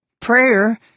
Prayer